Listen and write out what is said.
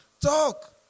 Talk